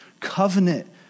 covenant